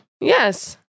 Yes